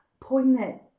poignant